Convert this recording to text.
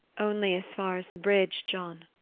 only as far as the bridge, john.